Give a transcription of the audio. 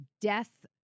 death